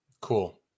Cool